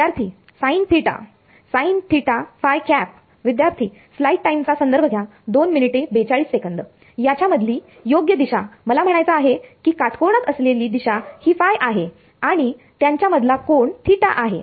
विद्यार्थी sine theta sin θ याच्या मधील योग्य दिशा मला म्हणायचं आहे की काटकोनात असलेली दिशा ही ϕ आहे आणि त्यांच्या मधला कोन θ आहे